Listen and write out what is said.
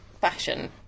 fashion